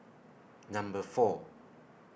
Number four